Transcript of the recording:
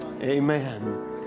Amen